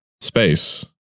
space